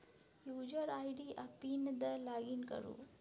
user ID आ I PIN दए login करु